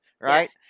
right